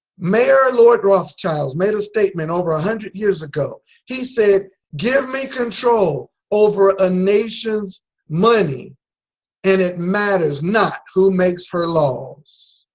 mayor lord rothchilds made a statement over a hundred years ago he said give me control over a nations' money and it matters not who makes her laws.